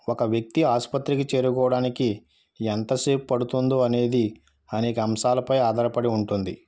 ఒక వ్యక్తి ఆసుపత్రికి చేరుకోవడానికి ఎంత సేపు పడుతుందో అనేది అనేక అంశాలపై ఆధారపడి ఉంటుంది